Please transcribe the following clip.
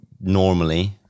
normally